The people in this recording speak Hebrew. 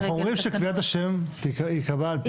אנחנו אומרים שקביעת השם תיקבע על פי המאגר.